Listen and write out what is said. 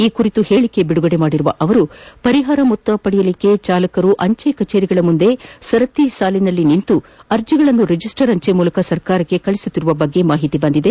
ಈ ಕುರಿತು ಹೇಳಕೆಯೊಂದನ್ನು ಬಿಡುಗಡೆ ಮಾಡಿರುವ ಅವರು ಪರಿಹಾರ ಮೊತ್ತ ಪಡೆಯಲು ಚಾಲಕರು ಅಂಜೆ ಕಚೇರಿಗಳ ಮುಂದೆ ಸರತಿಯಲ್ಲಿ ನಿಂತು ಅರ್ಜಿಗಳನ್ನು ರಿಜಿಸ್ಟರ್ ಅಂಜೆ ಮೂಲಕ ಸರ್ಕಾರಕ್ಕೆ ರವಾನಿಸುತ್ತಿರುವ ಬಗ್ಗೆ ಮಾಹಿತಿ ದೊರೆತಿದೆ